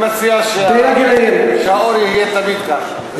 אני מציע שהאור יהיה תמיד כך.